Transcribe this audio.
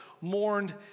mourned